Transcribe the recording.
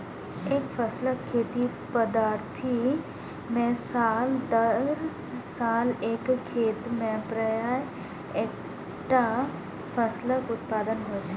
एकफसला खेती पद्धति मे साल दर साल एक खेत मे प्रायः एक्केटा फसलक उत्पादन होइ छै